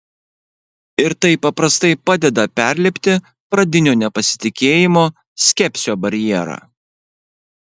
ir tai paprastai padeda perlipti pradinio nepasitikėjimo skepsio barjerą